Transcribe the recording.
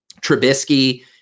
Trubisky